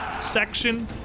section